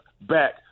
back